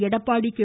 Edappadi K